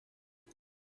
neuf